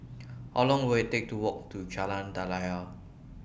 How Long Will IT Take to Walk to Jalan Daliah